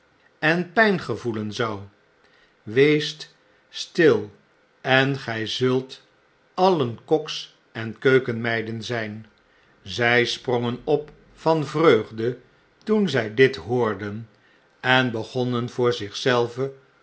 en pijn gevoelen zou weest stil en jj zult alien koks en keukenmeiden zgn zjj sprongen op van vreugde toen zij dit hoorden en begonnen voor